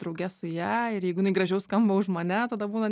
drauge su ja ir jeigu jinai gražiau skamba už mane tada būna